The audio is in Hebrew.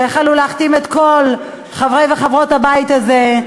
החלו להחתים את כל חברי וחברות הבית הזה,